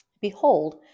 Behold